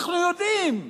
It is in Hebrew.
אנחנו יודעים.